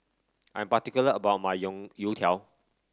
I'm particular about my youtiao